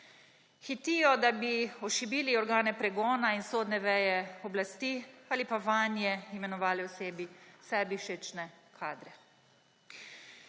hitijo, da bi ošibili organe pregona in sodne veje oblasti ali pa vanje imenovali sebi všečne kadre.